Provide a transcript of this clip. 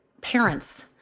parents